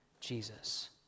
Jesus